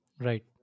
Right